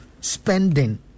spending